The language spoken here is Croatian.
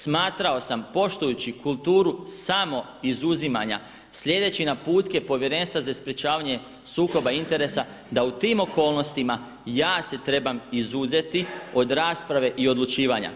Smatrao sam poštujući kulturu samo izuzimanja slijedeći naputke Povjerenstva za sprječavanje sukoba interesa da u tim okolnostima ja se trebam izuzeti od rasprave i odlučivanja.